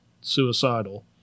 Suicidal